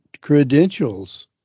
credentials